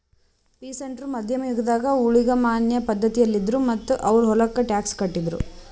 peasant ರು ಮಧ್ಯಮ್ ಯುಗದಾಗ್ ಊಳಿಗಮಾನ್ಯ ಪಧ್ಧತಿಯಲ್ಲಿದ್ರು ಮತ್ತ್ ಅವ್ರ್ ಹೊಲಕ್ಕ ಟ್ಯಾಕ್ಸ್ ಕಟ್ಟಿದ್ರು